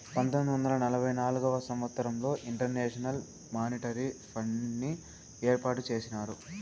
పంతొమ్మిది వందల నలభై నాల్గవ సంవచ్చరంలో ఇంటర్నేషనల్ మానిటరీ ఫండ్ని ఏర్పాటు చేసినారు